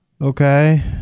Okay